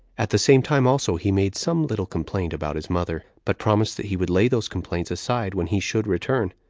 at the same time also he made some little complaint about his mother, but promised that he would lay those complaints aside when he should return.